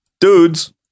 dudes